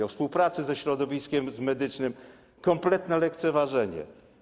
We współpracy ze środowiskiem medycznym - kompletne lekceważenie.